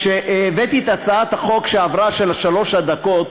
כשהבאתי את הצעת החוק שעברה, של שלוש הדקות,